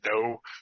no